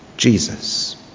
Jesus